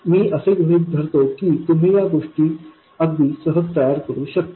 तर मी असे गृहित धरतो की तुम्ही या गोष्टी अगदी सहज तयार करू शकता